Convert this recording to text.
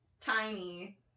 tiny